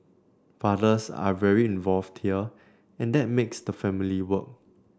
fathers are very involved here and that makes the family work